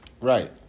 Right